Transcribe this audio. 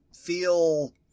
feel